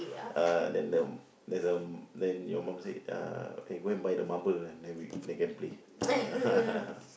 uh then the there's uh then your mum say uh eh go and buy the marble and then we they can play